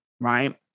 right